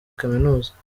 kaminuza